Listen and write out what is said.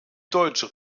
deutsche